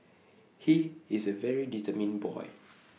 he is A very determined boy